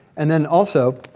and then also,